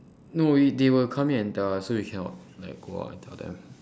no wait they will come in tell us so we cannot go out and tell them